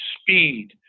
speed